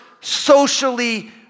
socially